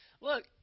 Look